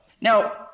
now